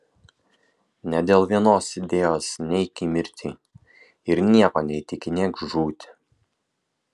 nė dėl vienos idėjos neik į mirtį ir nieko neįtikinėk žūti